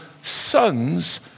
sons